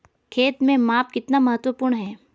खेत में माप कितना महत्वपूर्ण है?